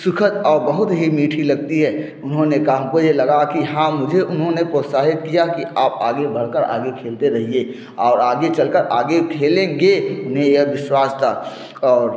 सुखद और बहुत ही मीठी लगती है उन्होंने कहा हमको ये लगा कि हाँ मुझे उन्होंने प्रोत्साहित किया कि आप आगे बढ़कर आगे खेलते रहिए और आगे चलकर आगे खेलेंगे उन्हें यह विश्वास था और